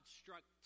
struck